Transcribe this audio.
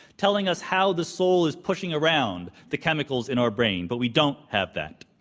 telling us how the soul is pushing around the chemicals in our brain. but we don't have that.